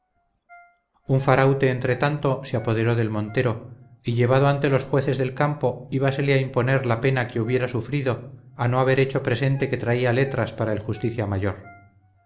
un faraute entretanto se apoderó del montero y llevado ante los jueces del campo íbasele a imponer la pena que hubiera sufrido a no haber hecho presente que traía letras para el justicia mayor